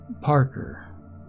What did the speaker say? Parker